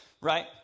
right